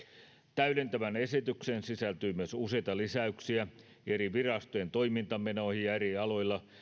täydentävään esitykseen sisältyy myös useita lisäyksiä eri virastojen toimintamenoihin ja eri aloilla